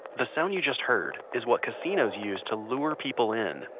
the sound you just heard, is what casinos use to lure people in,